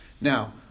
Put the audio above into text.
Now